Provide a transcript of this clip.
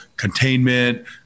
containment